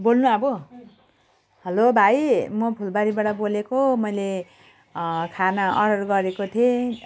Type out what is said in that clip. बोल्नु अब हेलो भाइ म फुलबारीबाट बोलेको मैले खाना अर्डर गरेको थिएँ